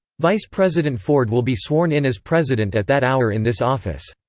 vice president ford will be sworn in as president at that hour in this office.